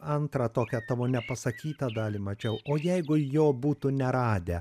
antrą tokią tavo nepasakytą dalį mačiau o jeigu jo būtų neradę